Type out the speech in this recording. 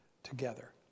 together